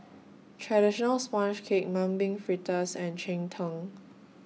Traditional Sponge Cake Mung Bean Fritters and Cheng Tng